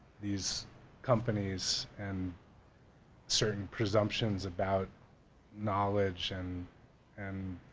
these companies and certain presumptions about knowledge and and